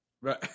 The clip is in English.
Right